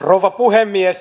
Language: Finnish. rouva puhemies